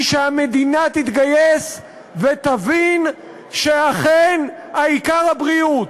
שהמדינה תתגייס ותבין שאכן העיקר הבריאות.